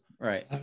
Right